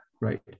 right